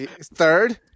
Third